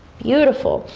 beautiful,